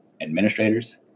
administrators